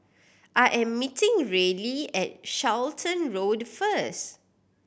I am meeting Reilly at Charlton Road first